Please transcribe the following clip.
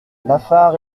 lafare